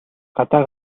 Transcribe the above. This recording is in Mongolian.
гадаа